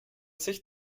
sich